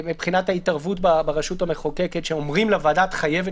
במצב של אישורי תקנות קבענו מנגנון מיוחד שמאפשר הקמה של ועדה מיוחדת.